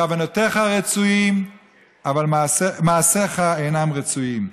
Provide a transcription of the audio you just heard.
כוונותיך רצויות אבל מעשיך אינם רצויים,